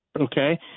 okay